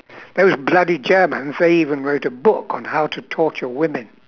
those bloody germans they even wrote a book on how to torture women